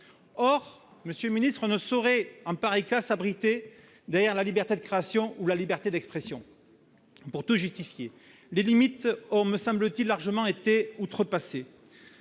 ». Monsieur le secrétaire d'État, on ne saurait en pareil cas s'abriter derrière la liberté de création ou la liberté d'expression pour tout justifier. Les limites ont, me semble-t-il, été largement été outrepassées.